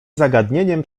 zagadnieniem